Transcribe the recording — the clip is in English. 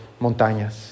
montañas